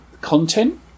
content